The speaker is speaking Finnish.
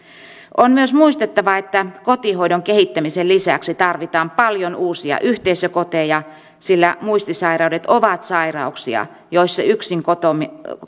on myös muistettava että kotihoidon kehittämisen lisäksi tarvitaan paljon uusia yhteisökoteja sillä muistisairaudet ovat sairauksia joissa yksin kotona